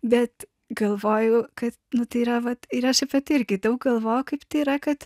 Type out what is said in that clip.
bet galvoju kad nu tai yra vat ir aš apie tai irgi daug galvojau kaip tai yra kad